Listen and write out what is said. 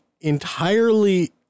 entirely